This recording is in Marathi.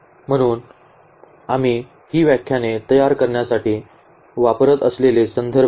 म्हणूनच आम्ही ही व्याख्याने तयार करण्यासाठी वापरत असलेले संदर्भ आहेत